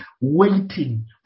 waiting